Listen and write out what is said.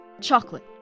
chocolate